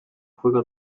juega